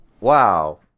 Wow